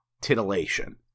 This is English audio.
titillation